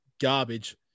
garbage